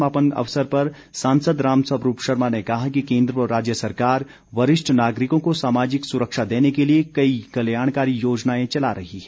समापन अवसर पर सांसद राम स्वरूप शर्मा ने कहा कि केन्द्र व राज्य सरकार वरिष्ठ नागरिकों को सामाजिक सुरक्षा देने के लिए कई कल्याणकारी योजनाएं चला रही है